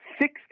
Six